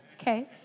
okay